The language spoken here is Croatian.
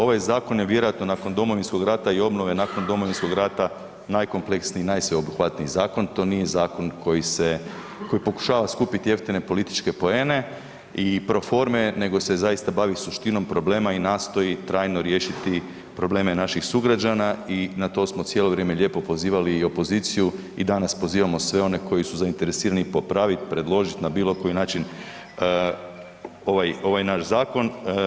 Ovaj zakon je vjerojatno nakon Domovinskog rata i obnove nakon Domovinskog rata najkompleksniji i najsveobuhvatniji zakon, to nije zakon koji se, koji pokušava skupit jeftine političke poene i pro forme nego se zaista bavi suštinom problema i nastoji trajno riješiti probleme naših sugrađana i na to smo cijelo vrijeme lijepo pozivali i opoziciju i danas pozivamo sve one koji su zainteresirani popravit, predložit, na bilo koji način ovaj, ovaj naš zakon.